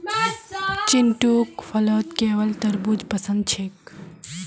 चिंटूक फलत केवल तरबू ज पसंद छेक